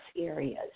areas